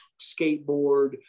skateboard